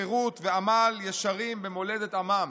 חירות ועמל-ישרים במולדת עמם.